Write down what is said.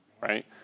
Right